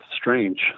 strange